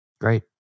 Great